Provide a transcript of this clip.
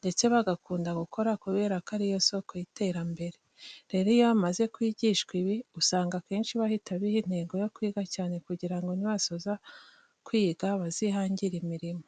ndetse bagakunda gukora kubera ko ari yo soko y'iterambere. Rero iyo bamaze kwigishwa ibi, usanga akenshi bahita biha intego yo kwiga cyane kugira ngo nibasoza kwiga bazihangire imirimo.